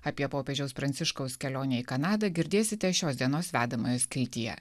apie popiežiaus pranciškaus kelionę į kanadą girdėsite šios dienos vedamojo skiltyje